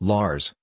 Lars